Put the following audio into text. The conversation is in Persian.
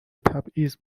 تبعیض